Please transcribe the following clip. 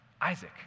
Isaac